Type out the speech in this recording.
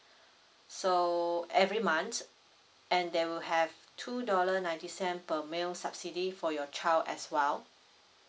so every month and there will have two dollar ninety cent per meal subsidy for your child as well